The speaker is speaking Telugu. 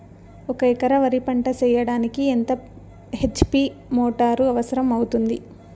ఒక ఎకరా వరి పంట చెయ్యడానికి ఎంత హెచ్.పి మోటారు అవసరం అవుతుంది?